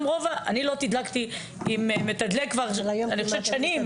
אני לא תדלקתי עם מתדלק שנים,